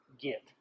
get